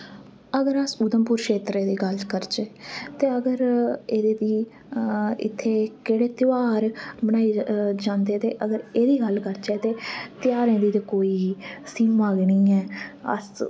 अगर अस उधमपुर क्षेत्र दी गल्ल करचै ते अगर एह्दे बी इत्थें केह्ड़े ध्यार मनाये जंदे ते अगर एह्बी गल्ल करचै ते अगर ध्यारें दी कोई सीमा गै निं ऐ अस